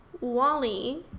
wally